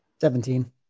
Seventeen